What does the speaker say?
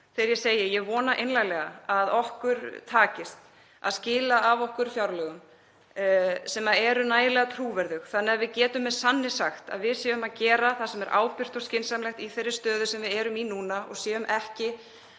þegar ég segi það — að okkur takist að skila af okkur fjárlögum sem eru nægilega trúverðug svo að við getum með sanni sagt að við séum að gera það sem er ábyrgt og skynsamlegt í þeirri stöðu sem við erum í núna og skilum ekki